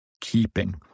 keeping